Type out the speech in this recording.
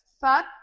fuck